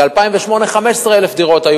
ב-2008, 15,000 דירות.